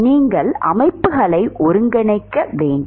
நீங்கள் அமைப்புகளை ஒருங்கிணைக்க வேண்டும்